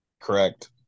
Correct